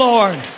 Lord